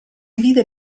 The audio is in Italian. vide